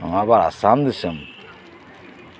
ᱱᱚᱣᱟ ᱟᱵᱟᱨ ᱟᱥᱟᱢ ᱫᱤᱥᱳᱢ